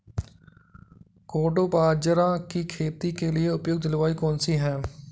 कोडो बाजरा की खेती के लिए उपयुक्त जलवायु कौन सी है?